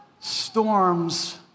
storms